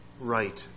right